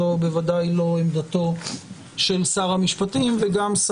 זו בוודאי לא עמדתו של שר המשפטים וגם של